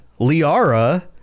Liara